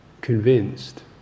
convinced